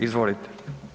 Izvolite.